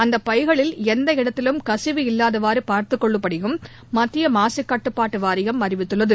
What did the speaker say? அந்தபைகளில் எந்த இடத்திலும் கசிவு இல்லாதவாறுபார்த்துக் கொள்ளும்படியும் மத்தியமாசுகட்டுப்பாட்டுவாரியம் அறிவித்துள்ளது